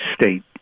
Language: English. state